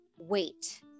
Wait